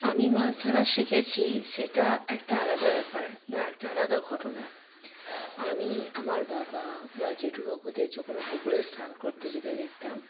আমি মাছ ধরা শিখেছি সেটা একটা আলাদা ব্যাপার বা একটা আলাদা ঘটনা আমি আমার বাবা বা জেঠু কাকুদের যখন পুকুরে স্নান করতে যেতে দেখতাম